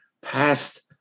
past